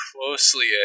closely